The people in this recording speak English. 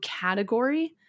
category